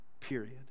period